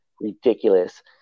ridiculous